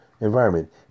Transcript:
environment